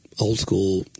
old-school